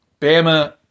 Bama